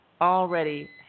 already